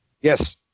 Yes